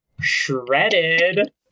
shredded